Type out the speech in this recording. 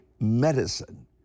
medicine